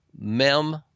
Mem